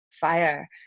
fire